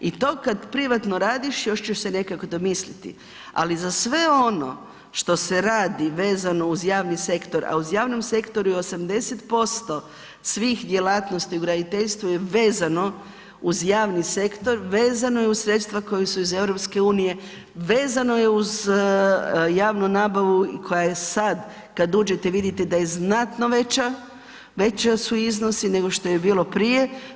I to kad privatno radiš još ćeš se nekako domisliti, ali za sve ono što se radi vezano uz javni sektor, a u javnom sektoru je 80% svih djelatnosti u graditeljstvu je vezano uz javni sektor, vezano je uz sredstava koja su iz EU, vezano je uz javnu nabavu koja je sad kad uđete vidite da je znatno veća, veći su iznosi nego što je bilo prije.